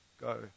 go